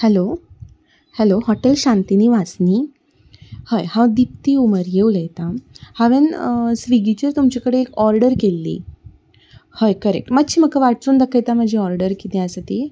hello hello hotel Shantinivas न्ही हय हांव दिप्ती उमर्ये उलयतां हांवेंन स्विगीचेर तुमचे कडेन एक ऑर्डर केल्ली हय करेक्ट मातशी म्हाका वाचून दाखयता म्हजी ऑर्डर किदें आसा ती